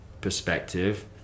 perspective